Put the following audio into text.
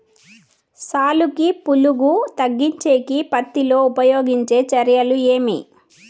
సాలుకి పులుగు తగ్గించేకి పత్తి లో ఉపయోగించే చర్యలు ఏమి?